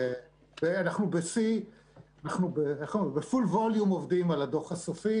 ואנחנו בפול ווליום עובדים על דוח הסופי